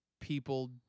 people